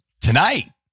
Tonight